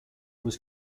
was